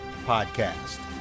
Podcast